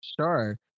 Sure